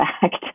fact